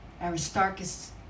Aristarchus